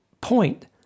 point